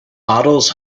bottles